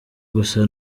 gusa